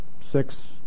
six